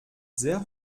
sehr